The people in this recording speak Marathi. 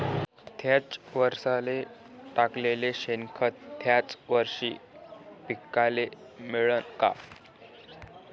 थ्याच वरसाले टाकलेलं शेनखत थ्याच वरशी पिकाले मिळन का?